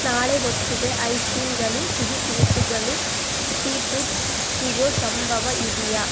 ನಾಳೆ ಹೊತ್ತಿಗೆ ಐಸ್ ಕ್ರೀಮ್ಗಳು ಸಿಹಿ ತಿನಿಸುಗಳು ಸೀ ಪುಡ್ಸ್ ಸಿಗೋ ಸಂಭವ ಇದೆಯಾ